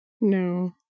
No